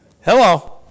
Hello